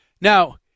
Now